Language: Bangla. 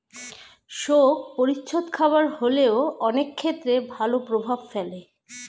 শোক পরিচ্ছদ খারাপ হলেও অনেক ক্ষেত্রে ভালো প্রভাব ফেলে